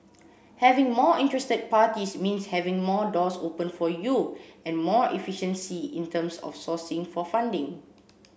having more interested parties means having more doors open for you and more efficiency in terms of sourcing for funding